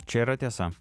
čia yra tiesa